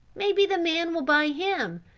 maybe the man will buy him.